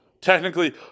Technically